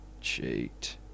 cheat